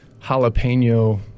jalapeno